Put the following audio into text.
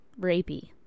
rapey